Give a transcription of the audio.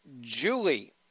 Julie